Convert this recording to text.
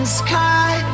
sky